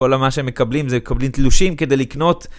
כל מה שמקבלים זה מקבלים תלושים כדי לקנות.